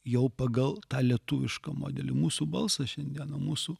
jau pagal tą lietuvišką modelį mūsų balsas šiandieną mūsų